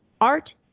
art